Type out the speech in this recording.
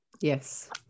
Yes